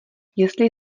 jestli